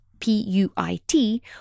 P-U-I-T